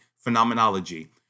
phenomenology